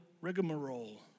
rigmarole